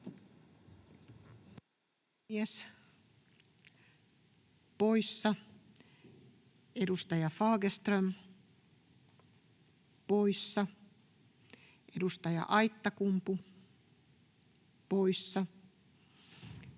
poissa, edustaja Fagerström poissa, edustaja Aittakumpu poissa,